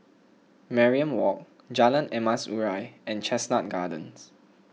Mariam Walk Jalan Emas Urai and Chestnut Gardens